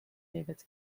david